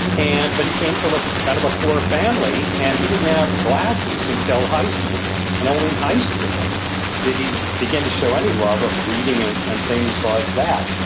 and but he came from ah kind of a poor family and he didn't have glasses until high school and only in high school did he begin to show any love of reading ah and things like that.